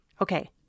Okay